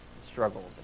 struggles